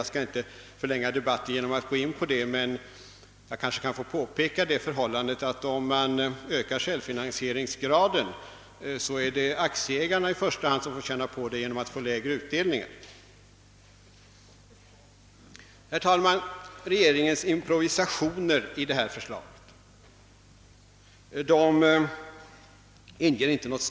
Jag skall inte förlänga debatten genom att gå in därpå, men jag kanske kan få påpeka att om man ökar självfinansieringsgraden är det i första hand aktieägarna som får känna på detta genom att de får lägre utdelning. Herr talman! Regeringens improvisationer i detta förslag inger inget större förtroende.